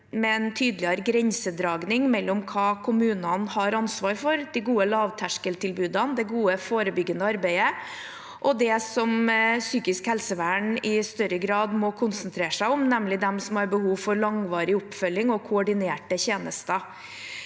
med en tydeligere grensedragning mellom hva kommunene har ansvar for – de gode lavterskeltilbudene og det gode forebyggende arbeidet – og det som psykisk helsevern i større grad må konsentrere seg om, nemlig dem som har behov for langvarig oppfølging og koordinerte tjenester.